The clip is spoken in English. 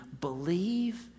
believe